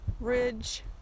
Ridge